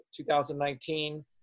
2019